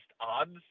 odds